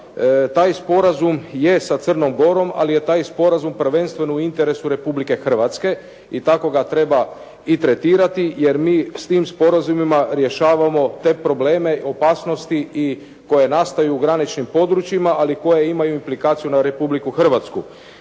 Taj sporazum je sa Crnom Gorom, ali je taj sporazum prvenstveno u interesu Republike Hrvatske i tako ga treba i tretirati jer mi s tim sporazumima rješavamo te probleme opasnosti i koje nastaju u graničnim područjima, ali koje imaju implikaciju na Republiku Hrvatsku.